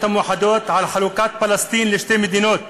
המאוחדות על חלוקת פלסטין לשתי מדינות.